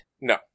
No